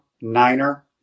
Niner